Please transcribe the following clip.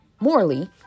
Morley